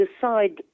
decide